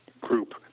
Group